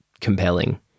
compelling